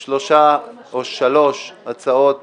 של חה"כ